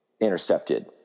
intercepted